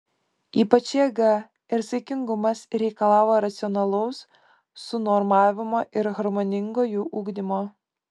ypač jėga ir saikingumas reikalavo racionalaus sunormavimo ir harmoningo jų ugdymo